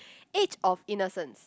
age of innocence